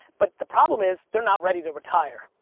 but the problem is, they're not ready to retire.